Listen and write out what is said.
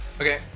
okay